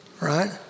right